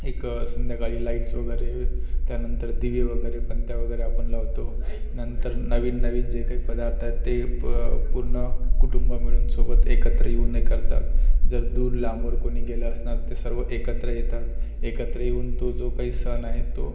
एक संध्याकाळी लाईट्स वगैरे त्यानंतर दिवे वगैरे पणत्या वगैरे आपण लावतो नंतर नवीन नवीन जे काही पदार्थ आहेत ते पूर्ण कुटुंब मिळून सोबत एकत्र येऊन हे करतात जर दूर लांबवर कोणी गेलं असणार तर सर्व एकत्र येतात एकत्र येऊन तो जो काही सण आहे तो